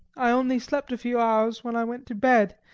i only slept a few hours when i went to bed,